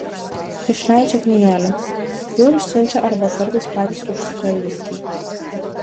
išleidžia knygelę jau ir siunčia arba kartais patys užsuka į ūkį